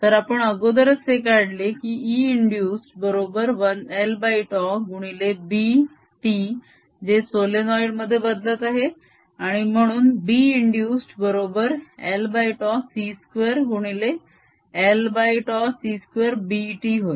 तर आपण अगोदरच हे काढले की E इंदुस्ड बरोबर lτ गुणिले B t जे सोलेनोइड मध्ये बदलत आहे आणि म्हणून B इंदुस्ड बरोबर lτ c2 गुणिले lτ c2 B t होय